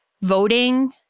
voting